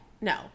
No